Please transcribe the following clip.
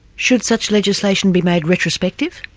should such legislation be made retrospective?